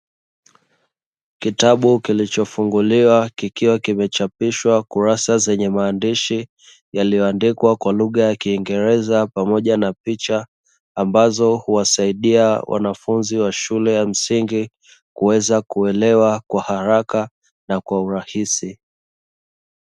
Kitabu kilichofunguliwa kikiwa kimechapishwa kurasa zenye maandishi yaliyoandikwa kwa lugha ya kingereza pamoja na picha ambazo huwasaidia wanafunzi wa shule ya msingi kuweza kuelewa kwa haraka na kwa urahisi.